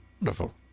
Wonderful